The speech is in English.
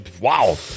wow